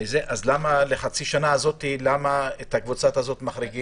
אז למה לחצי שנה הזאת את הקבוצה הזאת מחריגים?